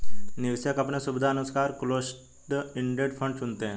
निवेशक अपने सुविधानुसार क्लोस्ड इंडेड फंड चुनते है